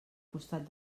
costat